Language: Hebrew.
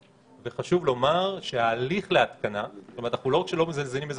חשוב לומר לגבי ההליך להתקנה לא רק שאנחנו לא מזלזלים בזה